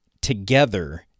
together